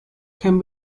can